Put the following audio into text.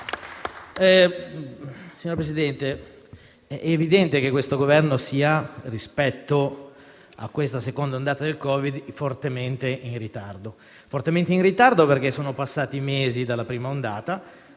Signor Presidente, è evidente che il Governo rispetto a questa seconda ondata del Covid sia fortemente in ritardo perché sono passati mesi dalla prima ondata.